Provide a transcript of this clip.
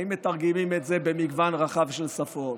האם מתרגמים את זה במגוון רחב של שפות?